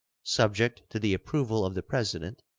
subject to the approval of the president,